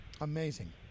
Amazing